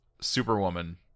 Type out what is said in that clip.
Superwoman